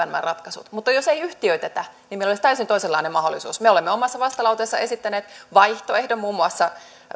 nämä ratkaisut mutta jos ei yhtiöitetä niin meillä olisi täysin toisenlainen mahdollisuus me olemme omassa vastalauseessamme esittäneet vaihtoehdon muun muassa